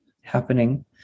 happening